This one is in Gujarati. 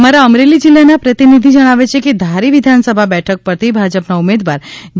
અમારા અમરેલી જીલ્લાનાં પ્રતિનિધિ જણાવે છે ધારી વિધાનસભા બેઠક ઉપરથી ભાજપના ઉમેદવાર જે